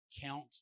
count